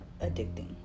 addicting